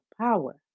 power